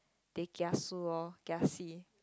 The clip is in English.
they kiasu loh kiasi